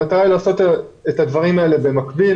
המטרה היא לעשות את הדברים אלה במקביל.